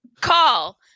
Call